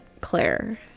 Claire